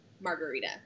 margarita